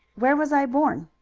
where was i born?